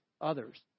others